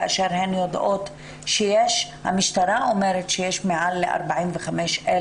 כאשר הן יודעות שהמשטרה אומרת שיש מעל ל-45,000